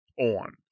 on